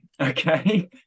Okay